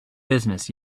business